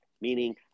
meaning